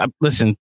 listen